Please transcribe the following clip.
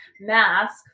mask